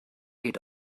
geht